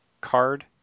card